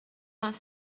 vingt